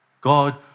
God